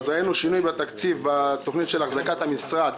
אז ראינו שינוי בתקציב בתכנית של החזקת המשרד,